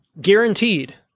guaranteed